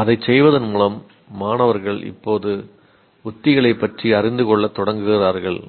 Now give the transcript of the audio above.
அதைச் செய்வதன் மூலம் மாணவர்கள் இப்போது உத்திகளைப் பற்றி அறிந்து கொள்ளத் தொடங்குகிறார்கள்